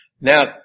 Now